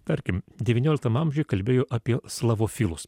tarkim devynioliktam amžiuj kalbėjo apie slavofilus